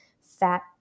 fat